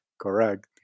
correct